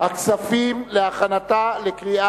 הכספים נתקבלה.